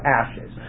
ashes